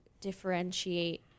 differentiate